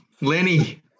Lenny